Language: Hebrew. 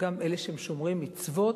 גם אלה שהם שומרי מצוות,